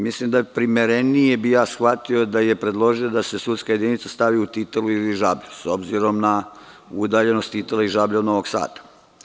Mislim da bih primerenije shvatio da je predložio da se sudska jedinica u stavi u Titelu ili u Žablju, s obzirom na udaljenost Titela i Žablja od Novog Sada.